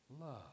love